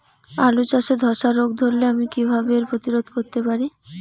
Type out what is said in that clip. আলু চাষে ধসা রোগ ধরলে আমি কীভাবে এর প্রতিরোধ করতে পারি?